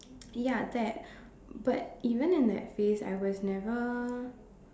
ya that but even in that phase I was never